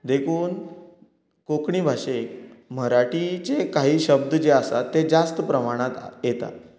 देखून कोंकणी भाशेक मराठीचे काही शब्द जे आसात तें जास्त प्रमाणांत येता